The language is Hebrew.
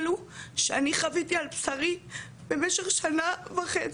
אז אני כאן כדי קודם כל להציף את זה,